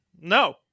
no